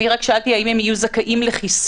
אני רק שאלתי האם הם יהיו זכאים לחיסון.